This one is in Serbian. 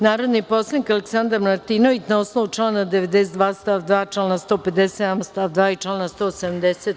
Narodni poslanik Aleksandar Martinović na osnovu člana 92. stav 2, člana 157. stav 2. i člana 170.